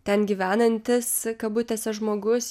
ten gyvenantis kabutėse žmogus